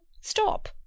Stop